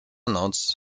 noc